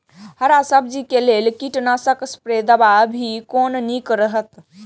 हरा सब्जी के लेल कीट नाशक स्प्रै दवा भी कोन नीक रहैत?